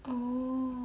oh